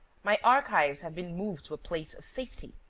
my archives have been moved to a place of safety.